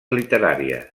literàries